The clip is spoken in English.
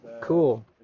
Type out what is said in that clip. Cool